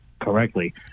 correctly